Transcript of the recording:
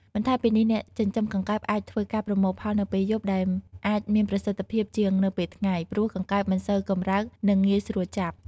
បន្ថែមពីនេះអ្នកចិញ្ចឹមកង្កែបអាចធ្វើការប្រមូលផលនៅពេលយប់ ដែលអាចមានប្រសិទ្ធភាពជាងនៅពេលថ្ងៃ ព្រោះកង្កែបមិនសូវកម្រើក និងងាយស្រួលចាប់។